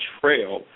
trail